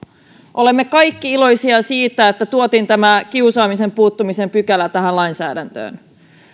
olemme kaikki iloisia siitä että tuotiin tämä kiusaamiseen puuttumisen pykälä tähän lainsäädäntöön